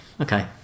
okay